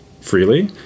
freely